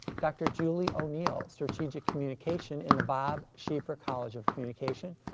dr. julie o'neill, strategic communication in the bob schieffer college of communication,